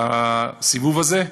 בסיבוב הזה,